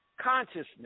Consciousness